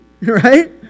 right